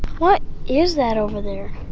what is that over there?